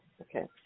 okay